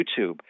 YouTube